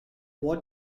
what